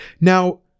Now